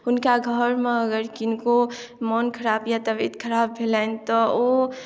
हुनका घरमे अगर किनको मोन खराब या तबियत खराब भेलनि तऽ ओ